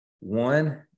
one